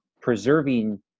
preserving